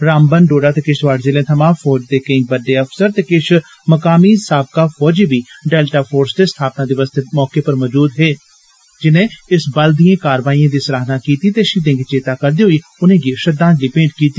रामबन डोडा ते किश्तवाड़ जिले थमा फौज दे केई बड्डे अफसर ते किश मकामी साबका फौजी बी डेल्टा फोर्स दे स्थापना दिवस दे मौके पर उत्थे मौजूद हे जिनें इस बल दिएं कारवाइएं दी सराहना कीती ते शहीदें गी चेत्ता करदे होई उनेंगी श्रृंद्वाजलि मेंट कीती